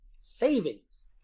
savings